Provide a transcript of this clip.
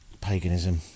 Paganism